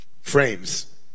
frames